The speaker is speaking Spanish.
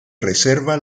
reserva